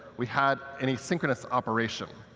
we had an asynchronous operation.